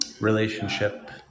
relationship